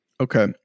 Okay